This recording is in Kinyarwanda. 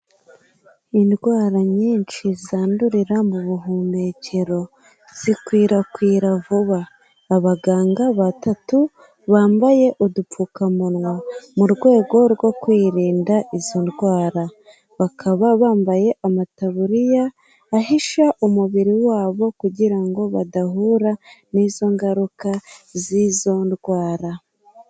Indwara nyinshi zandurira mu buhumekero zikwirakwira vuba abaganga batatu bambaye udupfukamunwa mu rwego rwo kwirinda izo ndwara bakaba bambaye amataburiya ahisha umubiri wabo kugira ngo badahura n'izo ngaruka z'izo ndwara.